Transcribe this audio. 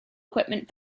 equipment